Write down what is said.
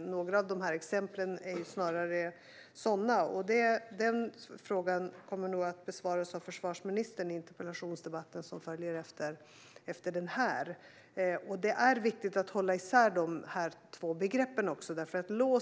Några av de här exemplen är ju snarare sådana, och den frågan kommer nog att besvaras av försvarsministern i den interpellationsdebatt som följer efter den här. Det är viktigt att hålla isär dessa båda begrepp. LAWS